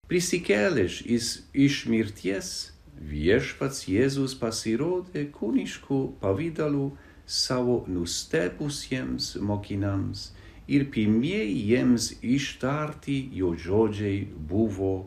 prisikėlęs jis iš mirties viešpats jėzus pasirodė kūnišku pavidalu savo nustebusiems mokiniams ir pirmieji jiems ištarti jo žodžiai buvo